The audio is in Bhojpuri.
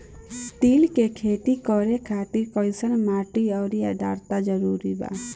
तिल के खेती करे खातिर कइसन माटी आउर आद्रता जरूरी बा?